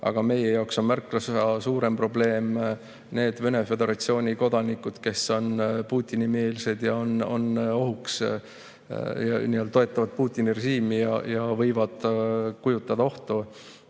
Aga meie jaoks on märksa suurem probleem need Vene Föderatsiooni kodanikud, kes on Putini-meelsed, toetavad Putini režiimi ja võivad kujutada ohtu